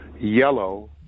yellow